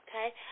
okay